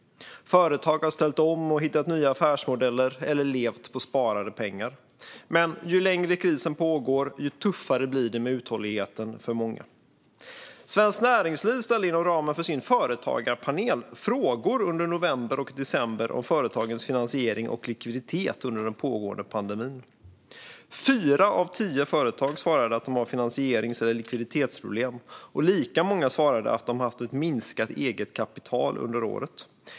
Företag har ställt om och hittat nya affärsmodeller eller levt på sparade pengar. Men ju längre krisen pågår, desto tuffare blir det med uthålligheten för många. Svenskt Näringsliv ställde inom ramen för sin företagarpanel frågor under november och december om företagens finansiering och likviditet under den pågående pandemin. Fyra av tio företag svarade att de har finansierings eller likviditetsproblem, och lika många svarade att de har haft ett minskat eget kapital under året.